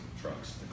trucks